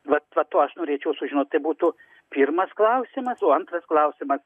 vat va to aš norėčiau sužinoti tai būtų pirmas klausimas o antras klausimas